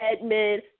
Edmund